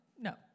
No